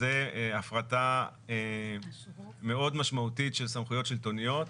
וזו הפרטה מאוד משמעותית של סמכויות שלטוניות.